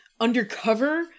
undercover